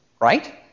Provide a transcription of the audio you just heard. Right